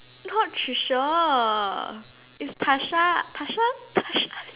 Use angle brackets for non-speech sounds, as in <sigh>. not Tricia it's Tasha Tasha Tasha <breath>